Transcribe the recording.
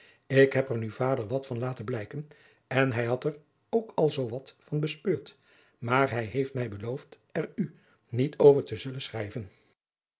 ik heb er nu vader wat van laten blijken en hij had er ook al zoo wat van bespeurd maar hij heeft mij beloofd er u niet over te zullen schrijven